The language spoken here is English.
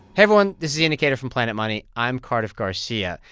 everyone. this is the indicator from planet money. i'm cardiff garcia,